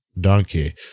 donkey